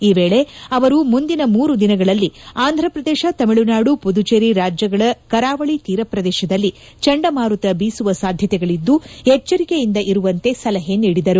ಈ ವೇಳೆ ಅವರು ಮುಂದಿನ ಮೂರು ದಿನಗಳಲ್ಲಿ ಅಂಧಪ್ರದೇಶ ತಮಿಳುನಾಡು ಮದುಚೆರಿ ರಾಜ್ಯಗಳ ಕರಾವಳಿ ತೀರ ಪ್ರದೇಶದಲ್ಲಿ ಚಂಡಮಾರತ ಬೀಸುವ ಸಾಧ್ಯತೆಗಳಿದ್ದು ಎಚ್ಷರಿಕೆಯಿಂದ ಇರುವಂತೆ ಸಲಹೆ ನೀಡಿದರು